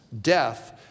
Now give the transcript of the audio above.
death